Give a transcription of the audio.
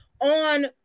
on